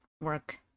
work-